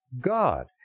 God